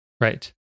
Right